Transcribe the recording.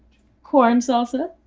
corn salsa,